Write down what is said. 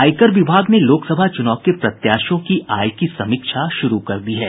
आयकर विभाग ने लोकसभा चुनाव के प्रत्याशियों की आय की समीक्षा शुरू कर दी है